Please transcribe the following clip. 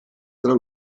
tra